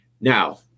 Now